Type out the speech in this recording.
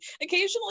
occasionally